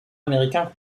américain